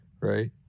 right